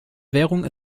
währung